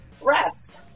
Rats